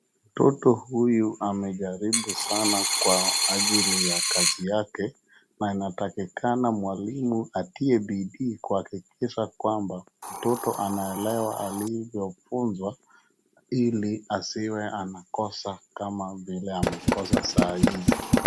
Mtoto huyu amejaribu sana kwa ajili ya kazi yake. Na anatakikana mwalimu atie bidii kuhakikisha kwamba mtoto anaelewa alivyofunzwa ili asiwe anakosa kama vile amekosa sahizi.